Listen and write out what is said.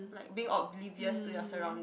like being oblivious to your surrounding